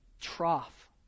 trough